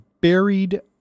buried